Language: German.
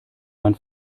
mein